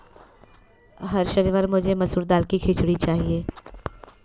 हर शनिवार मुझे मसूर दाल की खिचड़ी चाहिए